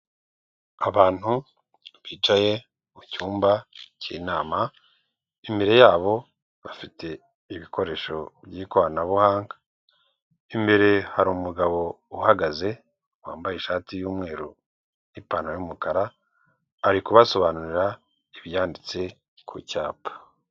Abantu bicaye mu cyumba cy'inama imbere yabo bafite ibikoresho by'ikoranabuhanga, imbere hari umugabo uhagaze wambaye ishati y'umweru n'ipantaro y'umukara ari kubasobanurira ibyanditse ku cyapa.